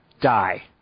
die